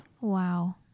Wow